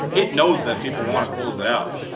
it knows that people want to close it out.